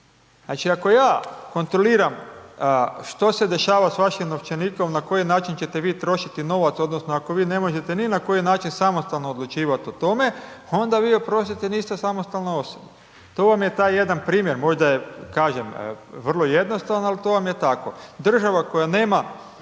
Znači ako ja kontroliram što se dešava s vašim novčanikom, na koji način će te vi trošiti novac odnosno ako vi ne možete ni na koji način samostalno odlučivat o tome, onda vi oprostite niste samostalna osoba. To vam je taj jedan primjer, možda je kažem vrlo jednostavno, ali to vam je tako. Država koja nema